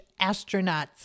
astronauts